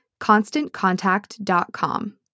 ConstantContact.com